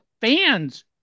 fans